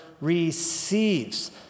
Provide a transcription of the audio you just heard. receives